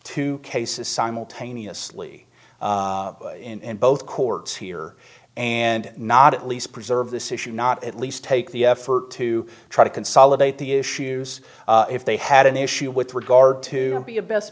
two cases simultaneously in both courts here and not at least preserve this issue not at least take the effort to try to consolidate the issues if they had an issue with regard to be a best